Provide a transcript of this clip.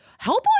Hellboy